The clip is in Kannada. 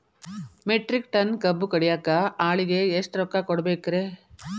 ಮೆಟ್ರಿಕ್ ಟನ್ ಕಬ್ಬು ಕಡಿಯಾಕ ಆಳಿಗೆ ಎಷ್ಟ ರೊಕ್ಕ ಕೊಡಬೇಕ್ರೇ?